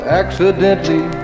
accidentally